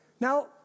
Now